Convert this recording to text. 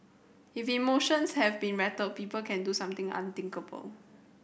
if emotions have been rattled people can do something unthinkable